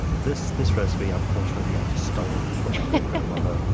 but this this recipe, unfortunately, i just stole from my great-grandmother,